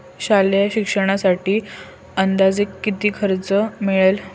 शालेय शिक्षणासाठी अंदाजे किती कर्ज मिळेल?